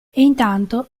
intanto